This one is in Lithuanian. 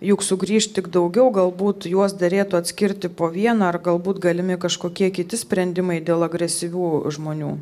juk sugrįš tik daugiau galbūt juos derėtų atskirti po vieną ar galbūt galimi kažkokie kiti sprendimai dėl agresyvių žmonių